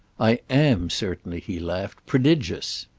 i am, certainly, he laughed, prodigious.